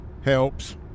helps